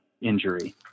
injury